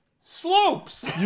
slopes